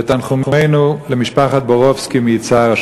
ותנחומינו למשפחת בורובסקי מיצהר.